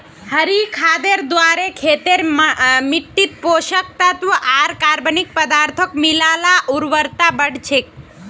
हरी खादेर द्वारे खेतेर मिट्टित पोषक तत्त्व आर कार्बनिक पदार्थक मिला ल उर्वरता बढ़ छेक